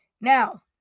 Now